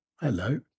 hello